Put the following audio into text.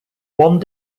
one